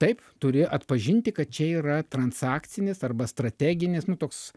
taip turi atpažinti kad čia yra transakcinis arba strateginis nu toks